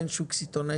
אין שוק סיטונאי.